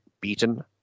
beaten